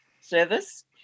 service